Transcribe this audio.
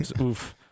oof